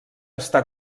està